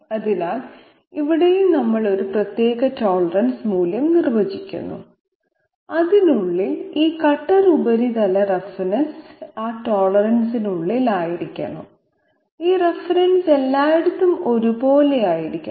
അതിനാൽ ഇവിടെയും നമ്മൾ ഒരു പ്രത്യേക ടോളറൻസ് മൂല്യം നിർവചിക്കുന്നു അതിനുള്ളിൽ ഈ കട്ടർ ഉപരിതല റഫ്നെസ് ആ ടോളറൻസിനുള്ളിൽ ആയിരിക്കണം ഈ റഫ്നെസ് എല്ലായിടത്തും ഒരുപോലെയായിരിക്കണം